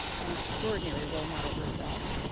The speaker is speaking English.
an extraordinary role model herself,